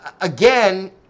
again